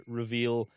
reveal